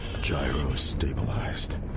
gyro-stabilized